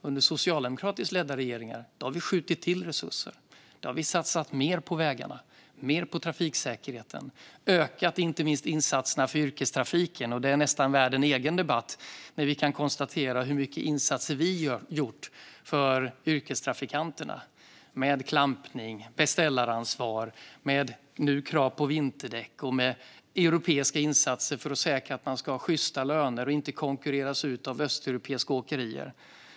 Under socialdemokratiskt ledda regeringar har vi skjutit till resurser och satsat mer på vägarna och trafiksäkerheten och ökat insatserna för yrkestrafiken. Det är nästan värt en egen debatt när vi kan konstatera hur många insatser vi har gjort för yrkestrafikanterna med klampning, beställaransvar, krav på vinterdäck och europeiska insatser för att säkra att man ska ha sjysta löner och inte konkurreras ut av östeuropeiska åkerier.